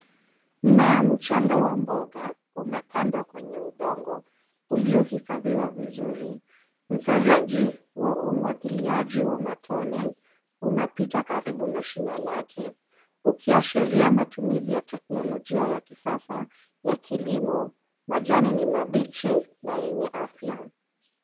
Mmea mchanga wa mboga umepandwa kwenye udongo ulio hifadhiwa vizuri. Mfereji wa umwagiliaji wa matone unapita karibu na shina lake ukiashiria matumizi ya teknolojia ya kisasa ya kilimo. Majani ni mabichi na yenye afya.